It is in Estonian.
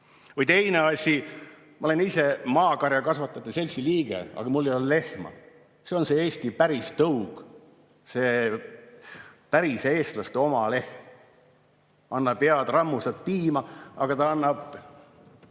Või teine asi. Ma olen ise [Eesti] Maakarja Kasvatajate Seltsi liige, aga mul ei ole lehma. See on Eesti päris tõug, see päris eestlaste oma lehm, kes annab head rammusat piima, aga ta annab